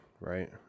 right